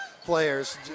Players